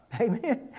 Amen